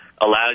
allows